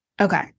Okay